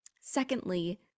Secondly